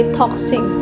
toxic